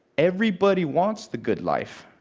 everybody wants the good life,